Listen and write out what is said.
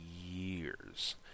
years